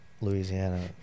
Louisiana